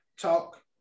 talk